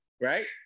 Right